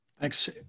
Thanks